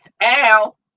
Al